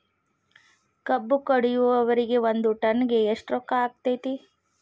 ಕಬ್ಬು ಕಡಿಯುವರಿಗೆ ಒಂದ್ ಟನ್ ಗೆ ಎಷ್ಟ್ ರೊಕ್ಕ ಆಕ್ಕೆತಿ?